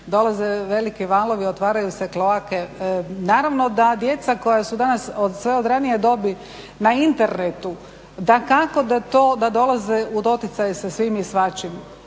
dolaze veliki valovi, otvaraju se …. Naravno da djeca koja su danas sve od ranije dobi na internetu, dakako da dolaze u doticaj sa svim i svačim,